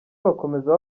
bakomeza